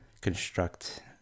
construct